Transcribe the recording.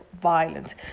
violence